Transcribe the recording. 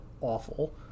awful